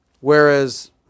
Whereas